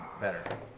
better